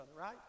Right